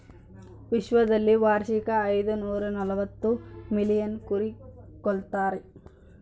ವಿಶ್ವದಲ್ಲಿ ವಾರ್ಷಿಕ ಐದುನೂರನಲವತ್ತು ಮಿಲಿಯನ್ ಕುರಿ ಕೊಲ್ತಾರೆ